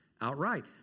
outright